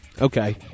Okay